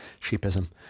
sheepism